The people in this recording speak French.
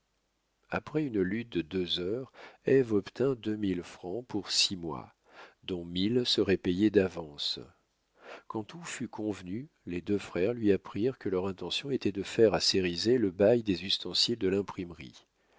après une lutte de deux heures ève obtint deux mille francs pour six mois dont mille seraient payés d'avance quand tout fut convenu les deux frères lui apprirent que leur intention était de faire à cérizet le bail des ustensiles de l'imprimerie